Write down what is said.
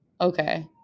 okay